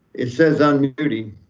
it says unmuted.